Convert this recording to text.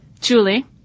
Julie